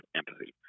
empathy